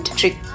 trick